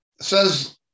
says